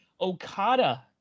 Okada